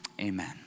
Amen